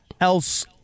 else